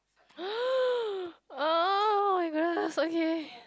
oh-my-goodness okay